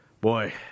boy